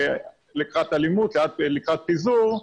לקראת אלימות, לקראת פיזור,